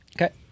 okay